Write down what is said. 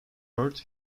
hurt